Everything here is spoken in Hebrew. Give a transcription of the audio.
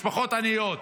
משפחות עניות.